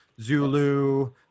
Zulu